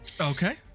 Okay